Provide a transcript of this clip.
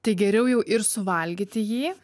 tai geriau jau ir suvalgyti jį